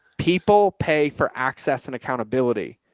people pay for access and accountability.